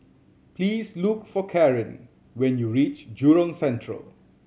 please look for Caryn when you reach Jurong Central